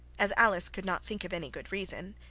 as alice could not think of any good reason,